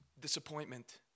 Disappointment